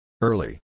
Early